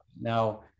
Now